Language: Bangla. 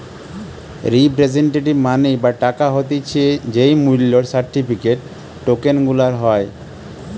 রিপ্রেসেন্টেটিভ মানি বা টাকা হতিছে যেই মূল্য সার্টিফিকেট, টোকেন গুলার হয়